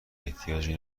احتیاجی